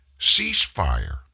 ceasefire